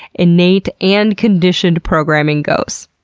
innate, and conditioned programming goes.